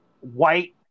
white